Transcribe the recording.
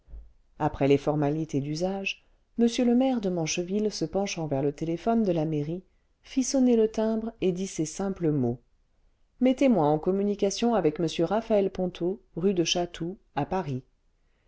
après les formalités d'usage m le maire de mancheville se penchantvers le téléphone de la mairie fit sonner le timbre et dit ces simple mots ce mettez-moi en communication avec m raphaël ponto rue de chatou à paris